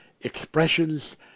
expressions